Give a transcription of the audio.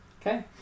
Okay